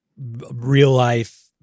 real-life